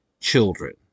children